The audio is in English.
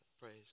praise